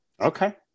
Okay